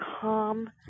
calm